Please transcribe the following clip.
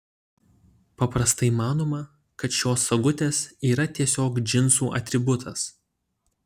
paprastai manoma kad šios sagutės yra tiesiog džinsų atributas